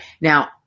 now